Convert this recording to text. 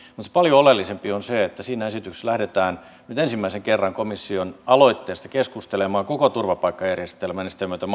mutta paljon oleellisempi asia on se että siinä esityksessä lähdetään nyt ensimmäisen kerran komission aloitteesta keskustelemaan koko turvapaikkajärjestelmän ja